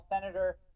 Senator